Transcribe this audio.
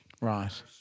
Right